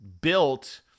built